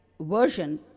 version